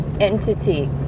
entity